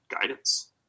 guidance